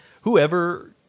Whoever